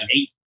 eight